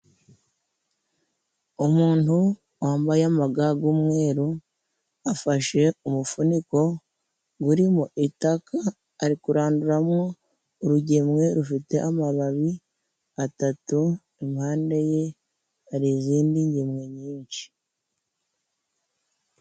Umuntu wambaye amaga g'umweru afashe umufuniko urimo itaka, ari kuranduramo urugemwe rufite amababi atatu, impande ye hari izindi ngemwe nyinshi.